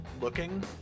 looking